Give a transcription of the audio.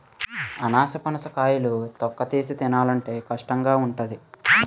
అనాసపనస కాయలు తొక్కతీసి తినాలంటే కష్టంగావుంటాది